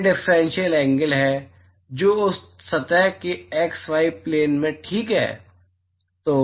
यह differential angle है जो उस सतह के एक्स वाई प्लेन में ठीक है